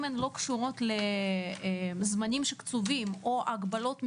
אם הן לא קשורות לזמנים שקצובים או להגבלות מסוימות,